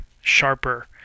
sharper